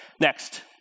Next